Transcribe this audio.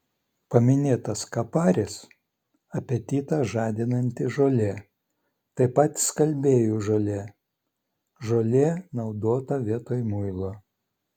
paminėtas kaparis apetitą žadinanti žolė taip pat skalbėjų žolė žolė naudota vietoj muilo